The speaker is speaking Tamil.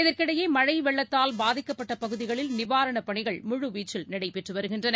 இதற்கிடையே மழைவெள்ளத்தால் பாதிக்கப்பட்டபகுதிகளில் நிவாரணப் பணிகள் முழுவீச்சில் நடைபெற்றுவருகின்றன